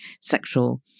sexual